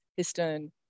histone